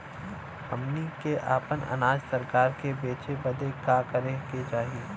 हमनी के आपन अनाज सरकार के बेचे बदे का करे के चाही?